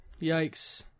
Yikes